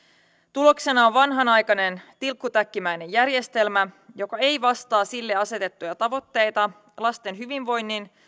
tuloksena on vanhanaikainen tilkkutäkkimäinen järjestelmä joka ei vastaa sille asetettuja tavoitteita lasten hyvinvoinnin